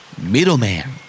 Middleman